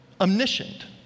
Omniscient